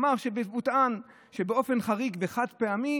הוא טען שבאופן חריג וחד-פעמי